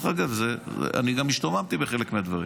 אני גם השתוממתי מחלק מהדברים,